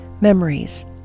memories